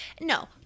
No